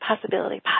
possibility